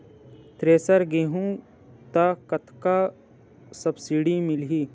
Thresher लेहूं त कतका सब्सिडी मिलही?